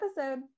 episode